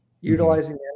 utilizing